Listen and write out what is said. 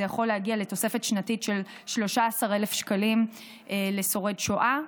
זה יכול להגיע לתוספת שנתית של 13,000 שקלים לשורד שואה.